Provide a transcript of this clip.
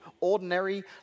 ordinary